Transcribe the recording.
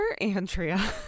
Andrea